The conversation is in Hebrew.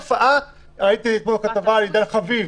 ראיתי אתמול כתבה על עידן חביב.